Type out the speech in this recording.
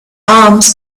arms